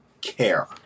care